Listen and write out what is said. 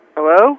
Hello